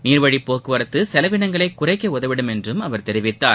நீர்வழிப்போக்குவரத்து செலவினங்களை குறைக்க உதவிடும் என்றும் அவர் தெரிவித்தார்